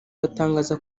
batangaza